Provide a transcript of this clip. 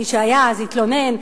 מי שהיה אז התלונן,